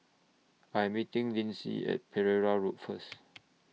I Am meeting Lynsey At Pereira Road First